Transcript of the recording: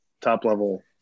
top-level